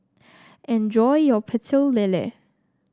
enjoy your Pecel Lele